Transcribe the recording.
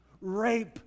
Rape